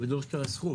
ידרוש את הסכום.